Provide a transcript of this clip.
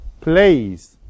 plays